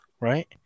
right